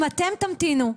אם אתם תמתינו,